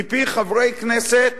מפי חברי כנסת